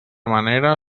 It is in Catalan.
manera